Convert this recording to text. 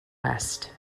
west